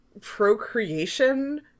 procreation